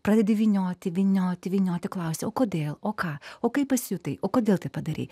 pradedi vynioti vynioti vynioti klausi o kodėl o ką o kaip pasijutai o kodėl taip padarei